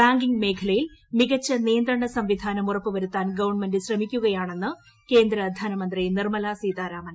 banking മേഖലയിൽ മിക്ച്ച് നിയന്ത്രണ സംവിധാനം ഉറപ്പുവരുത്താൻ ഗവൺമെന്റ് ശ്രമിക്കുകയാണ്ണെന്ന് കേന്ദ്രധനമന്ത്രി നിർമ്മലാ സീതാരാമൻ